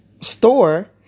store